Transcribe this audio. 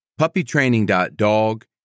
PuppyTraining.dog